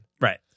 Right